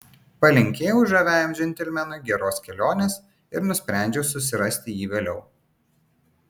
palinkėjau žaviajam džentelmenui geros kelionės ir nusprendžiau susirasti jį vėliau